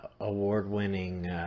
award-winning